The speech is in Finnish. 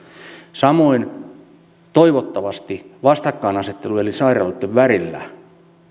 samoin toivottavasti vastakkainasettelu eri sairaaloitten välillä